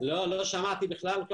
אם כן ייתנו לנו נתונים קצת אחרים,